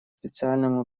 специальному